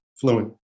Fluent